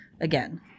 again